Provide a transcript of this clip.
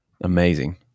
amazing